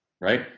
right